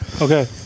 Okay